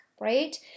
right